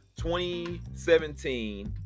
2017